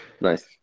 nice